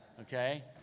Okay